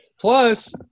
Plus